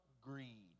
greed